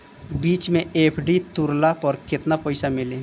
बीच मे एफ.डी तुड़ला पर केतना पईसा मिली?